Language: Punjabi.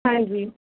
ਹਾਂਜੀ